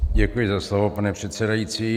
Děkuji za slovo, pane předsedající.